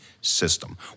system